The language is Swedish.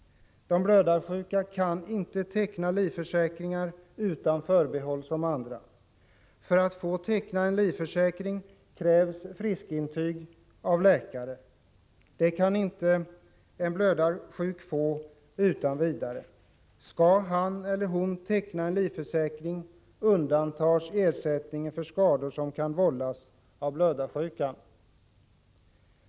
De blödarsjuka kan inte teckna livförsäkringar utan förbehåll, som andra kan. För att få teckna livförsäkring krävs friskintyg från läkare. Det kan inte en blödarsjuk få utan vidare. Skall han teckna livförsäkring undantas ersättning för skador som kan vållas av blödarsjukan.